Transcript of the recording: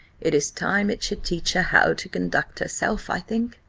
it is time it should teach her how to conduct herself, i think,